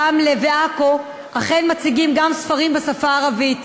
רמלה ועכו אכן מציגים גם ספרים בשפה הערבית.